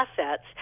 assets